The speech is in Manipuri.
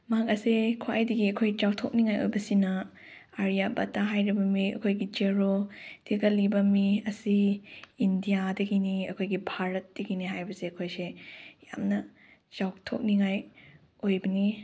ꯃꯍꯥꯛ ꯑꯁꯦ ꯈ꯭ꯋꯥꯏꯗꯒꯤ ꯑꯩꯈꯣꯏ ꯆꯥꯎꯊꯣꯛꯅꯤꯡꯉꯥꯏ ꯑꯣꯏꯕꯁꯤꯅ ꯑꯥꯔꯤꯌꯥꯕꯠꯇ ꯍꯥꯏꯔꯤꯕ ꯃꯤ ꯑꯩꯈꯣꯏꯒꯤ ꯖꯦꯔꯣ ꯊꯤꯒꯠꯂꯤꯕ ꯃꯤ ꯑꯁꯤ ꯏꯟꯗꯤꯌꯥꯗꯒꯤꯅꯤ ꯑꯩꯈꯣꯏꯒꯤ ꯚꯥꯔꯠꯇꯒꯤꯅꯤ ꯍꯥꯏꯕꯁꯦ ꯑꯩꯈꯣꯏꯁꯦ ꯌꯥꯝꯅ ꯆꯥꯎꯊꯣꯛꯅꯤꯡꯉꯥꯏ ꯑꯣꯏꯕꯅꯤ